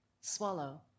Swallow